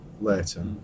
later